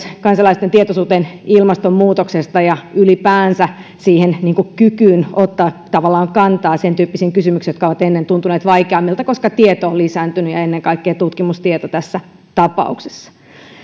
kansalaisten tietoisuuteen ilmastonmuutoksesta ja ylipäänsä kykyyn ottaa kantaa sentyyppisiin kysymyksiin jotka ovat ennen tuntuneet vaikeammilta koska tieto on lisääntynyt ennen kaikkea tutkimustieto tässä tapauksessa